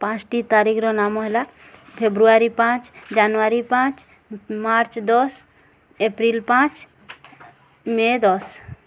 ପାଞ୍ଚଟି ତାରିଖର ନାମ ହେଲା ଫେବୃଆରୀ ପାଞ୍ଚ ଜାନୁଆରୀ ପାଞ୍ଚ ମାର୍ଚ୍ଚ ଦଶ ଏପ୍ରିଲ ପାଞ୍ଚ ମେ ଦଶ